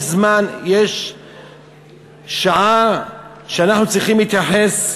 יש זמן ויש שעה שאנחנו צריכים להתייחס.